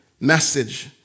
message